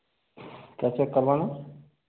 क्या चेक करवाना है